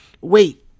Wait